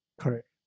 Correct